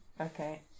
Okay